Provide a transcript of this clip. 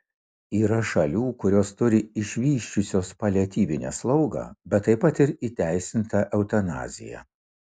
yra šalių kurios turi išvysčiusios paliatyvinę slaugą bet taip pat ir įteisintą eutanaziją